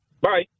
Bye